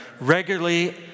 regularly